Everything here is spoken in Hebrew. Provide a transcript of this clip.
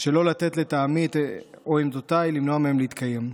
שלא לתת לטעמי או עמדותיי למנוע מהם להתקיים.